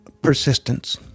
Persistence